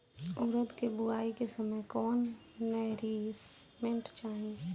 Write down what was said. उरद के बुआई के समय कौन नौरिश्मेंट चाही?